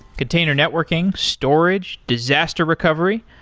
container networking, storage, disaster recovery,